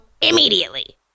immediately